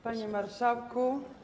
Panie Marszałku!